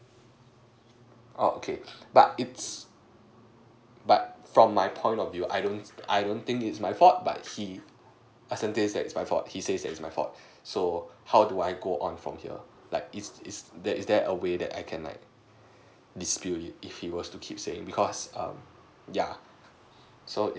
oo okay but it's but from my point of view I don't I don't think it's my fault but he persistent that it's my fault he says that it's my fault so how do I go on from here like is is there is there a way that I can like dispute if he will to keep saying because um yeah so